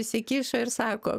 įsikišo ir sako